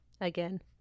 Again